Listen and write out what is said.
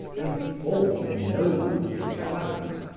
informing no one of his plans,